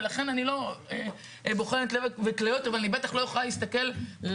אני לא בוחנת לב וכליות אבל אני בטח לא יכולה להסתכל על